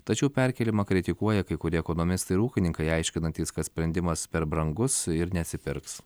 tačiau perkėlimą kritikuoja kai kurie ekonomistai ir ūkininkai aiškinantys kad sprendimas per brangus ir neatsipirks